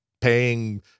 paying